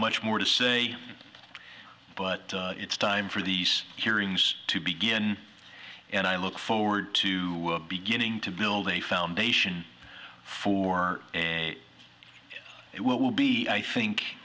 much more to say but it's time for these hearings to begin and i look forward to beginning to build a foundation for a what will be i think